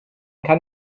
kann